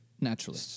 Naturally